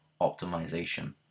optimization